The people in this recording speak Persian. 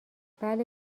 بله